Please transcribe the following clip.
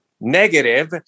negative